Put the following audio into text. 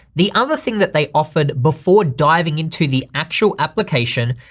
the other thing that they offered before diving into the actual application,